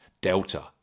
Delta